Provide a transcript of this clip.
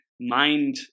mind